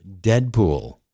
Deadpool